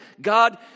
God